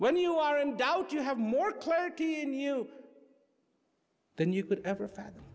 when you are in doubt you have more clarity in you than you could ever fat